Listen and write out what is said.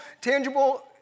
tangible